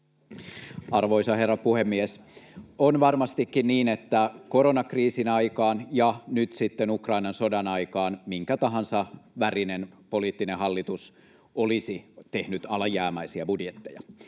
Arvoisa herra puhemies! On varmastikin niin, että koronakriisin aikaan ja nyt sitten Ukrainan sodan aikaan minkä tahansa värinen poliittinen hallitus olisi tehnyt alijäämäisiä budjetteja.